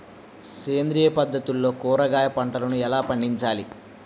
సేంద్రియ పద్ధతుల్లో కూరగాయ పంటలను ఎలా పండించాలి?